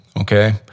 okay